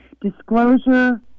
Disclosure